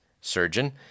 surgeon